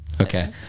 Okay